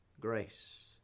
grace